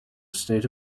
state